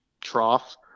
trough